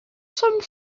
some